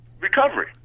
recovery